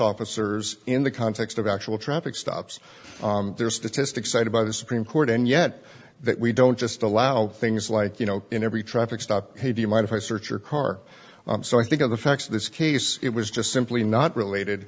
officers in the context of actual traffic stops their statistics cited by the supreme court and yet that we don't just allow things like you know in every traffic stop hey do you mind if i search your car so i think of the facts of this case it was just simply not related